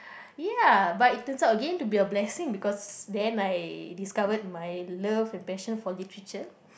ya but it turns out again to be a blessing because then I discovered my love and passion for literature